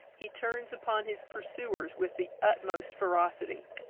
he turns upon his pursuers with the utmost ferocity.